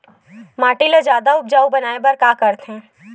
माटी ला जादा उपजाऊ बनाय बर कइसे करथे?